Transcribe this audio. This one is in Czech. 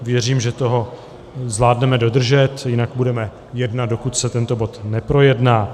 Věřím, že to zvládneme dodržet, jinak budeme jednat, dokud se tento bod neprojedná.